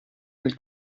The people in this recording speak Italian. nel